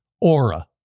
Aura